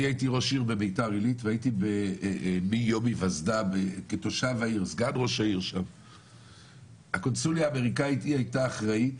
כשאני הייתי ראש עיר בביתר עילית הקונסוליה האמריקנית הייתה אחראית